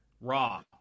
Raw